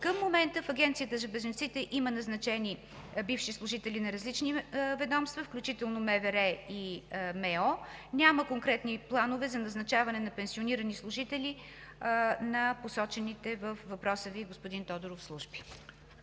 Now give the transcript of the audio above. Към момента в Агенцията за бежанците има назначени бивши служители на различни ведомства, включително на МВР и МО. Няма конкретни планове за назначаване на пенсионирани служители на посочените във въпроса Ви, господин Тодоров, служби.